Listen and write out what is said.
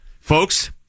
Folks